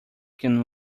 can